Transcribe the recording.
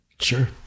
Sure